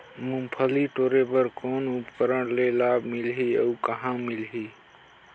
मुंगफली टोरे बर कौन उपकरण ले लाभ मिलही अउ कहाँ मिलही?